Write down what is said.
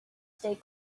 stay